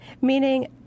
Meaning